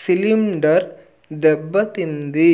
cylinder దెబ్బతింది